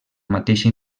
mateixa